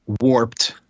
warped